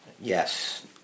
Yes